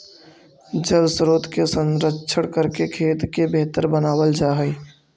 जलस्रोत के संरक्षण करके खेत के बेहतर बनावल जा हई